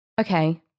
Okay